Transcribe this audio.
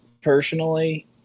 personally